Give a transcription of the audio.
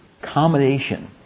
accommodation